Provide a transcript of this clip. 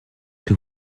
que